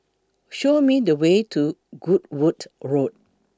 Show Me The Way to Goodwood Road